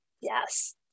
Yes